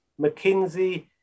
McKinsey